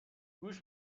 گوش